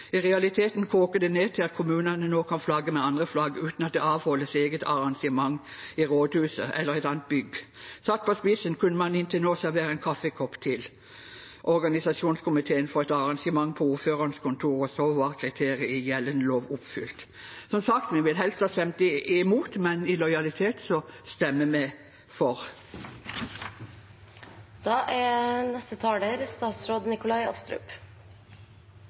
I realiteten koker det ned til at kommunene nå kan flagge med andre flagg uten at det avholdes et eget arrangement i rådhuset eller et annet bygg. Satt på spissen kunne man inntil nå servere en kaffekopp til organisasjonskomiteen for et arrangement på ordførerens kontor, og så var kriteriet i gjeldende lov oppfylt. Som sagt: Vi ville helst ha stemt imot, men i lojalitet stemmer vi for.